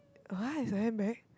!huh! it's a handbag